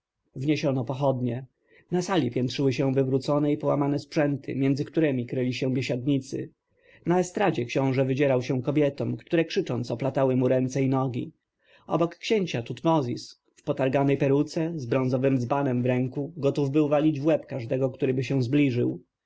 wniesiono pochodnie na sali piętrzyły się wywrócone i połamane sprzęty między któremi kryli się biesiadnicy na estradzie książę wydzierał się kobietom które krzycząc oplatały mu ręce i nogi obok księcia tutmozis w potarganej peruce z bronzowym dzbanem w ręku gotów był walić w łeb każdego któryby się zbliżył